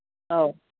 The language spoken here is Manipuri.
ꯑꯧ